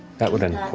that would end